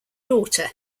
daughter